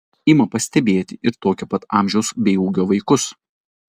ima pastebėti ir tokio pat amžiaus bei ūgio vaikus